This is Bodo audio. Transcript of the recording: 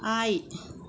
आइ